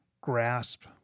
grasp